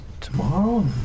tomorrow